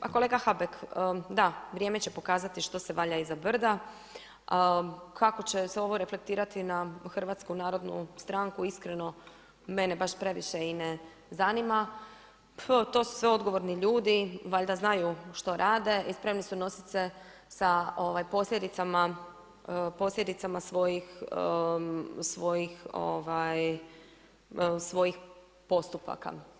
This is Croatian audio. Pa kolega Habek, da, vrijeme će pokazati što se valja iza brda, kako će se ovo reflektirati na HNS, iskreno mene baš previše i ne zanima, to su sve odgovorni ljudi, valjda znaju što rade i spremni su nositi se sa posljedicama svojih postupaka.